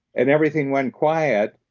and everything went quiet,